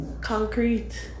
Concrete